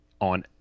on